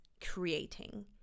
creating